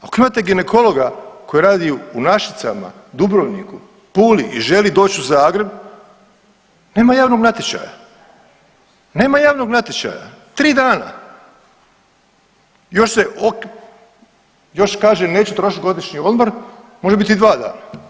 Ako imate ginekologa koji radi u Našicama, Dubrovniku, Puli i želi doći u Zagreb nema javnog natječaja, nema javnog natječaja, 3 dana, još se, još kaže neću trošiti godišnji odmor, može biti 2 dana.